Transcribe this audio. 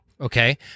okay